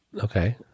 Okay